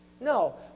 No